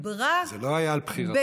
שדיברה בגנות זה לא היה על בחירתו.